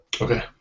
Okay